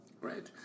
Right